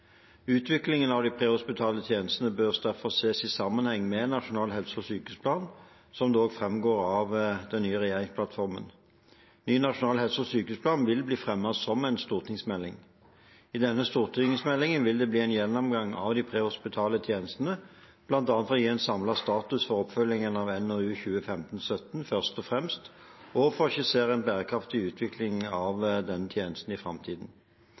Utviklingen av de prehospitale tjenestene bør derfor ses i sammenheng med Nasjonal helse- og sykehusplan, slik det også framgår av den nye regjeringsplattformen. Ny nasjonal helse- og sykehusplan vil bli fremmet som en stortingsmelding. I denne stortingsmeldingen vil det bli en gjennomgang av de prehospitale tjenestene, bl.a. for å gi en samlet status for oppfølgingen av NOU 2015: 17, Først og fremst, og for å skissere en bærekraftig utvikling av denne tjenesten i framtiden.